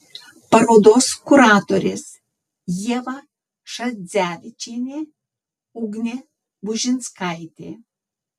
parodos kuratorės ieva šadzevičienė ugnė bužinskaitė